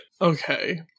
okay